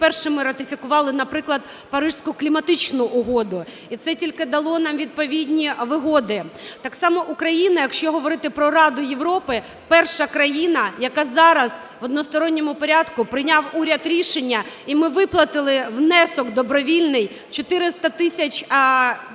першими ратифікували, наприклад, Паризьку кліматичну угоду, і це тільки дало нам відповідні вигоди. Так само Україна, якщо говорити про Раду Європи, перша країна, яка зараз, в односторонньому порядку прийняв уряд рішення, і ми виплатили внесок добровільний в 400 тисяч (доларів